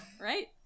right